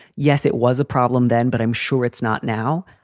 yes, it was a problem then, but i'm sure it's not now.